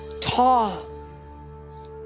tall